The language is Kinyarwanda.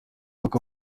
kuko